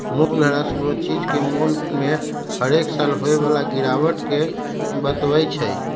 मूल्यह्रास कोनो चीज के मोल में हरेक साल होय बला गिरावट के बतबइ छइ